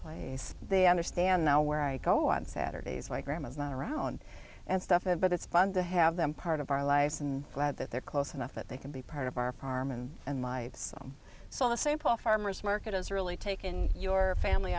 place they understand now where i go on saturdays my grandma's not around and stuff it but it's fun to have them part of our lives and glad that they're close enough that they can be part of our farm and and my son saw st paul farmer's market has really taken your family